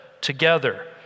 together